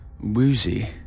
woozy